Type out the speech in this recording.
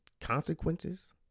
consequences